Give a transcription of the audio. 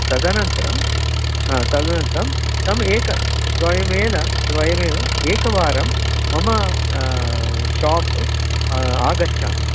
तदनन्तरं तदनन्तरं त्वम् एकं द्वयमेव द्वयमेव एकवारं मम शाप् आगच्छति